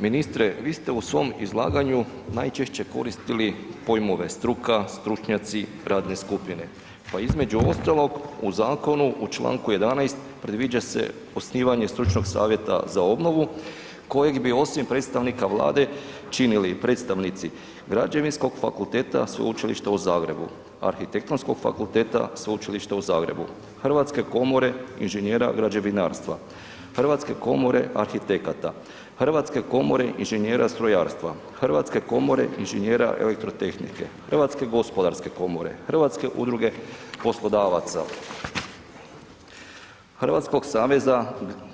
Ministre vi ste u svom izlaganju najčešće koristili pojmove struka, stručnjaci, radne skupine, pa između ostalog u zakonu u Članku 11. predviđa se osnivanje stručnog savjeta za obnovu kojeg bi osim predstavnika Vlade činili predstavnici Građevinskog fakulteta Sveučilišta u Zagrebu, Arhitektonskog fakulteta Sveučilišta u Zagrebu, Hrvatske komore inženjera građevinarstva, Hrvatske komore arhitekata, Hrvatske komore inženjera strojarstva, Hrvatske komore inženjera elektrotehnike, Hrvatske gospodarske komore, Hrvatske udruge poslodavaca, Hrvatskog saveza